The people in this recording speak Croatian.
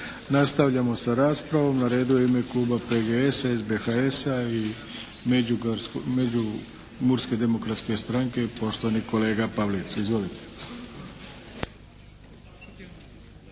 Nastavljamo sa raspravom. Na redu je u ime kluba PGS-a, SBHS-a i Međumurske demokratske stranke, poštovani kolega Pavlic. Izvolite.